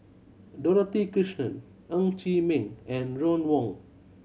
Dorothy Krishnan Ng Chee Meng and Ron Wong